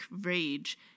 rage